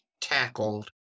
tackled